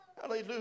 Hallelujah